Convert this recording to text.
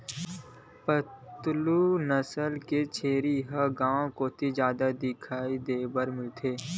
पालतू नसल के छेरी ह गांव कोती जादा देखे बर मिलथे